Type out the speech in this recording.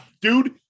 Dude